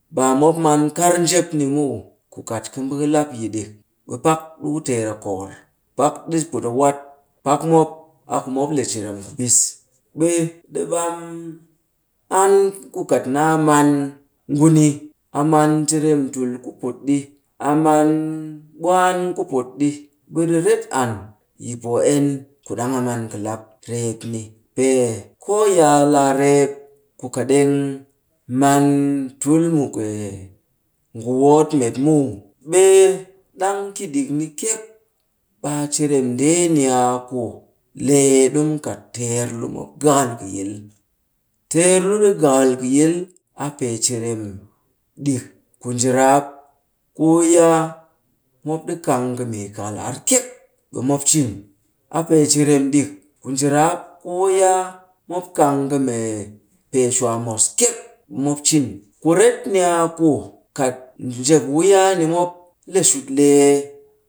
Baa mop man kar njep ni muw. Ku kat ka mbaa ka lap yi ɗik, ɓe pak, ɗiku teer a kokor. Pak ɗi put a wat. Pak mop, a ku mop le cirem ku bis. Ɓe ɗi ɓam an ku kat naa man nguni. A man cirem tul ku put ɗi. A man ɓwaan ku put ɗi. Ɓe ɗi ret an yi poo en ku ɗang a man kɨ lap reep ni. Pee koo yi a laa reep ku kat ɗeng man tul mu kwee nguwoot met muw, ɓe ɗang ki ɗik ni kyek, ɓe a cirm ndeeni a ku lee ɗimu kat teer lu mop gakal kɨ yil. Teer lu ɗi gakal kɨ yil, a pee cirem ɗik ku njiraap ku wuyaa mop ɗi kang kɨ mee kakal ar kyek ɓe mop cin. A pee cirem ɗik ku njiraap ku wuyaa mop kang kɨ mee pee shwa mos kyek, ɓe mop cin. Kuret ni a ku kat nje wuyaa ni mop le shut lee.